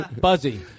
Buzzy